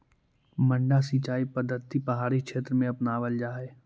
मड्डा सिंचाई पद्धति पहाड़ी क्षेत्र में अपनावल जा हइ